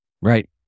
Right